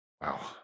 Wow